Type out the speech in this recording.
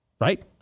right